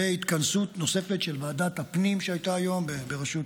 זה התכנסות נוספת של ועדת הפנים שהייתה היום בראשות